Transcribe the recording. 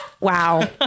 Wow